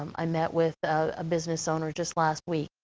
um i met with a business owner just last week,